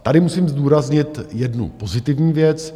Tady musím zdůraznit jednu pozitivní věc.